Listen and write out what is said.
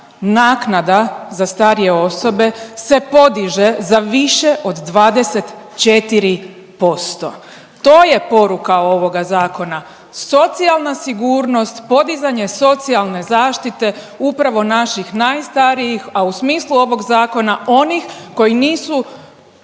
naknada za starije osobe se podiže za više od 24%. To je poruka ovoga zakona, socijalna sigurnost, podizanje socijalne zaštite upravo naših najstarijih, a u smislu ovog zakona onih koji nisu